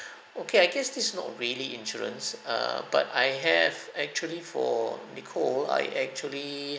okay I guess this is not really insurance err but I have actually for nicole I actually